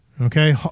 Okay